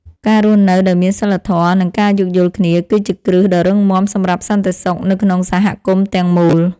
ការរស់នៅដោយមានសីលធម៌ និងការយោគយល់គ្នា គឺជាគ្រឹះដ៏រឹងមាំសម្រាប់សន្តិសុខនៅក្នុងសហគមន៍ទាំងមូល។